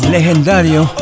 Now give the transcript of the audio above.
Legendario